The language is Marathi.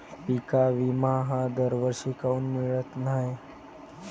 पिका विमा हा दरवर्षी काऊन मिळत न्हाई?